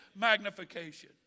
magnification